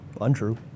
Untrue